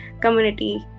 community